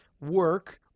work